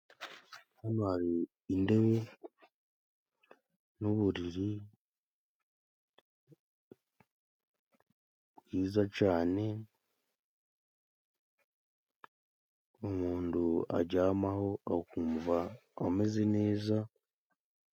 Hano hari indebo n'uburiri bwiza cyane, umundu ajyama ho akumva ameze neza.